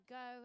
go